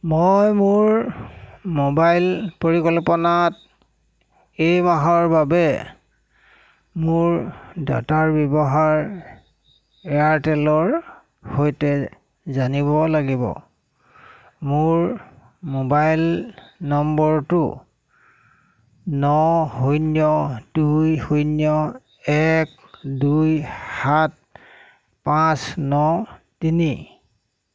মই মোৰ মোবাইল পৰিকল্পনাত এই মাহৰ বাবে মোৰ ডাটাৰ ব্যৱহাৰ এয়াৰটেলৰ সৈতে জানিব লাগিব মোৰ মোবাইল নম্বৰটো ন শূন্য দুই শূন্য এক দুই সাত পাঁচ ন তিনি